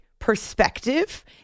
perspective